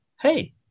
hey